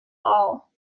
all